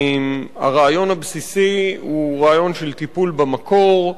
הרעיון הבסיסי הוא רעיון של טיפול במקור,